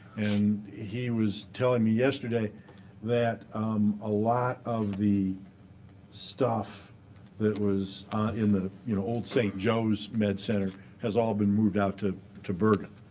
and he was telling me yesterday that a lot of the stuff that was in the you know old st. joe's med center has all been moved out to to bergen.